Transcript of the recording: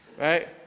right